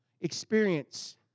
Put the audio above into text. experience